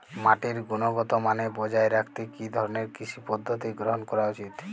মাটির গুনগতমান বজায় রাখতে কি ধরনের কৃষি পদ্ধতি গ্রহন করা উচিৎ?